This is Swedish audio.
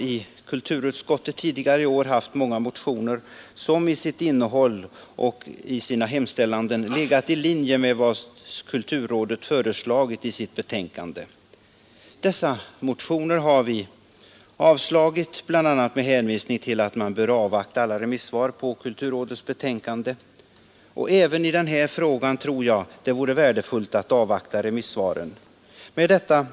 I kulturutskottet har vi tidigare i år haft många motioner att behandla, vilkas innehåll och hemställan har legat i linje med vad kulturrådet har föreslagit i sitt betänkande. Dessa motioner har utskottet avstyrkt, bl.a. med hänvisning till att man bör avvakta alla remissvar på kulturrådets betänkande. Även i denna fråga tror jag det vore värdefullt att avvakta remissvaren. Fru talman!